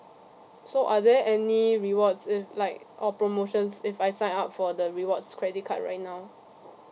so are there any rewards if like or promotions if I sign up for the rewards credit card right now